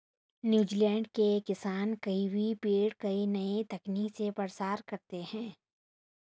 New Zealand के किसान kiwi पेड़ का नई तकनीक से प्रसार करते हैं